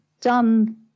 done